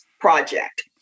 project